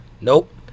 nope